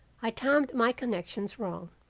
i timed my connections wrong,